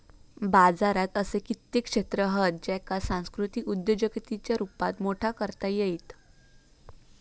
बाजारात असे कित्येक क्षेत्र हत ज्येंका सांस्कृतिक उद्योजिकतेच्या रुपात मोठा करता येईत